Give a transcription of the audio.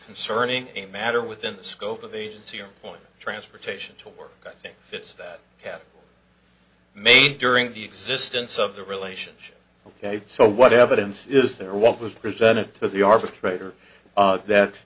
concerning a matter within the scope of agency or point transportation to work i think that have made during the existence of the relationship ok so what evidence is there what was presented to the arbitrator that